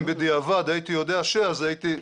אם בדיעבד הייתי יודע ש- אז הייתי,